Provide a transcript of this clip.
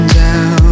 down